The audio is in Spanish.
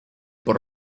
por